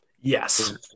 yes